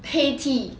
Heytea